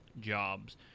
jobs